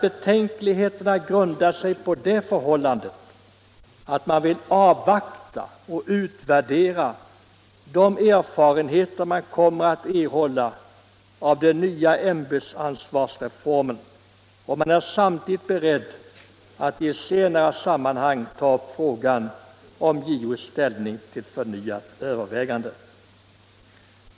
Betänkligheterna grundar sig på det förhållandet — organisation att man vill avvakta och utvärdera de erfarenheter som kommer att erhållas av den nya ämbetsansvarsreformen och man är beredd att i ett senare sammanhang ta upp frågan om JO:s ställning till förnyat övervägande.